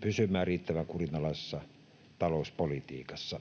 pysymään riittävän kurinalaisessa talouspolitiikassa.